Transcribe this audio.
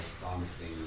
promising